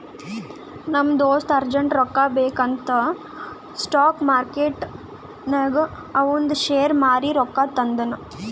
ನಮ್ ದೋಸ್ತ ಅರ್ಜೆಂಟ್ ರೊಕ್ಕಾ ಬೇಕ್ ಅಂತ್ ಸ್ಪಾಟ್ ಮಾರ್ಕೆಟ್ನಾಗ್ ಅವಂದ್ ಶೇರ್ ಮಾರೀ ರೊಕ್ಕಾ ತಂದುನ್